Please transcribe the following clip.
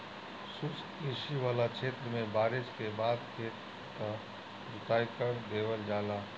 शुष्क कृषि वाला क्षेत्र में बारिस के बाद खेत क जोताई कर देवल जाला